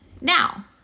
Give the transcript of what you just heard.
Now